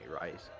right